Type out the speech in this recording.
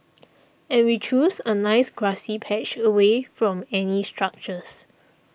and we chose a nice grassy patch away from any structures